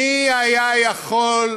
מי היה יכול,